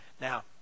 Now